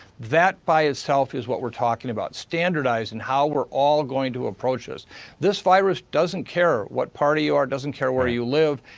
that by he itself is what we're talking about, standardizing how we're all going to approach this. this virus doesn't care what party you are, doesn't care where you live.